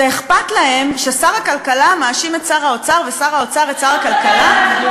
אכפת להם ששר הכלכלה מאשים את שר האוצר ושר האוצר את שר הכלכלה?